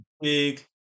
big